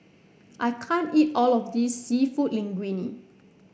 I can't eat all of this seafood Linguine